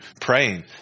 praying